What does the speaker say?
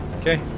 Okay